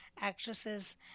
actresses